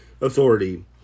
authority